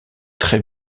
très